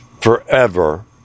forever